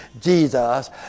Jesus